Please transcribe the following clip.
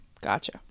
Gotcha